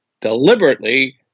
deliberately